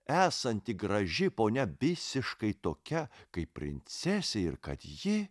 esanti graži ponia visiškai tokia kaip princesė ir kad ji